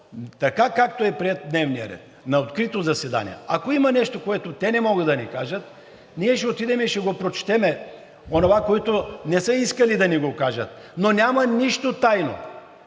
така, както е приет дневният ред – на открито заседание. Ако има нещо, което те не могат да ни кажат, ние ще отидем и ще го прочетем – онова, което не са искали да ни кажат, но няма нищо тайно,